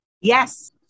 Yes